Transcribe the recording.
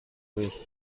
with